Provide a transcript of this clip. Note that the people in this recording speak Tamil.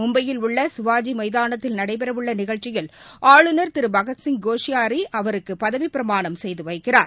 மும்பையில் உள்ளசிவாஜிமைதானத்தில் நடைபெறவுள்ளநிகழ்ச்சியில் ஆளுநர் திருபகத்சிங் கோஷியாரிஅவருக்குபதவிப்பிரமாணம் செய்துவைக்கிறார்